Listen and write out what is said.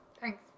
Thanks